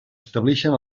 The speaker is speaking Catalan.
establixen